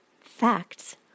facts